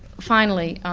finally,